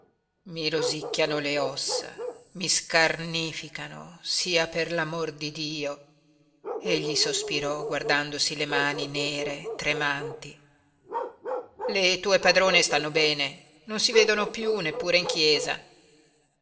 i rosicchiano le ossa mi scarnificano sia per l'amor di dio egli sospirò guardandosi le mani nere tremanti le tue padrone stanno bene non si vedono piú neppure in chiesa